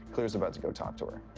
cleo's about to go talk to her.